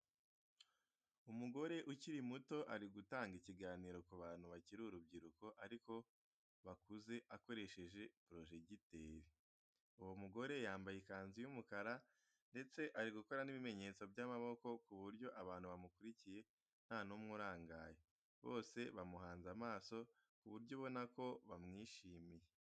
Umugore ukiri muto ari gutanga ikiganiro ku bantu bakiri urubyiruko ariko bakuze akoresheje porojegiteri. Uwo mugore yambaye ikanzu y'umukara ndetse ari gukora n'ibimenyetso by'amaboko ku buryo abantu bamukurikiye nta n'umwe urangaye. Bose bamuhanze amaso ku buryo ubona ko bamwishimiye.